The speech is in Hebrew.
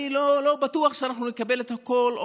אני לא בטוח שאנחנו נקבל את הכול,